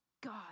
God